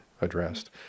addressed